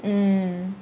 mm